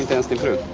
has declared